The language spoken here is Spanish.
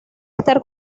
estar